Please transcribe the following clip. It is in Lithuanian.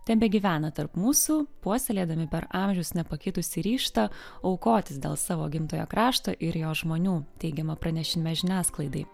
tebegyvena tarp mūsų puoselėdami per amžius nepakitusį ryžtą aukotis dėl savo gimtojo krašto ir jo žmonių teigiama pranešime žiniasklaidai